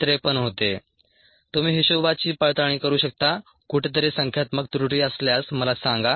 053 होते तुम्ही हिशोबाची पडताळणी करू शकता कुठेतरी संख्यात्मक त्रुटी असल्यास मला सांगा